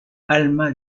alma